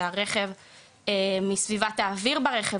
שהרכב מסביבת האוויר ברכב,